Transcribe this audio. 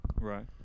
right